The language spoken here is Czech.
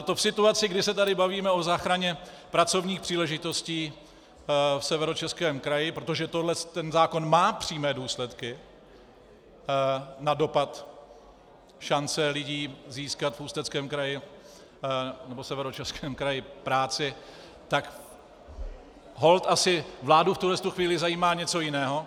To v situaci, kdy se tady bavíme o záchraně pracovních příležitostí v Severočeském kraji, protože ten zákon má přímé důsledky na dopad šance lidí získat v Ústeckém kraji nebo Severočeském kraji práci, tak holt asi vládu v tuhle chvíli zajímá něco jiného.